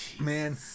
Man